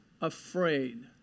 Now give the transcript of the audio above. afraid